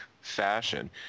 fashion